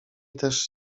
też